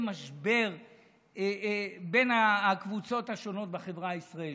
משבר בין הקבוצות השונות בחברה הישראלית.